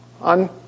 on